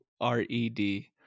R-E-D